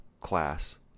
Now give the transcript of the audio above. class